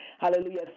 Hallelujah